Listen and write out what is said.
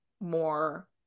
more